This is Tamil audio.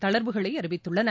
தளர்வுகளை அறிவித்துள்ளன